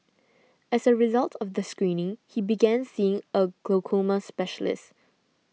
as a result of the screening he began seeing a glaucoma specialist